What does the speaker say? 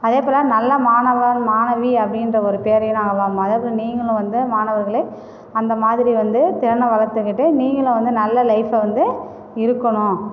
அதே போல் நல்ல மாணவர் மாணவி அப்படின்ற ஒரு பேரையும் நாங்கள் வாங்கினோம் அதே போல் நீங்களும் வந்து மாணவர்களே அந்தமாதிரி வந்து திறனை வளர்த்துக்கிட்டு நீங்களும் வந்து நல்ல லைஃபை வந்து இருக்கணும்